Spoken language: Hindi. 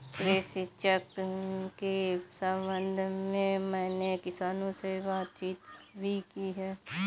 कृषि चक्र के संबंध में मैंने किसानों से बातचीत भी की है